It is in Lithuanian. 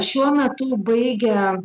šiuo metu baigia